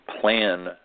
plan